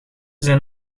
zijn